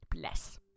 Bless